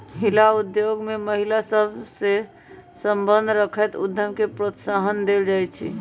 हिला उद्योग में महिला सभ सए संबंध रखैत उद्यम के प्रोत्साहन देल जाइ छइ